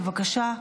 בבקשה,